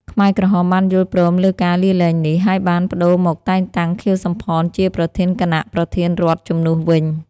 ខ្មែរក្រហមបានយល់ព្រមលើការលាលែងនេះ ហើយបានប្តូរមកតែងតាំង ខៀវ សំផន ជាប្រធានគណៈប្រធានរដ្ឋជំនួសវិញ។